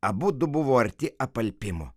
abudu buvo arti apalpimo